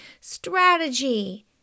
strategy